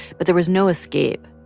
but there was no escape,